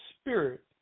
spirit